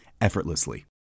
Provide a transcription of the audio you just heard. effortlessly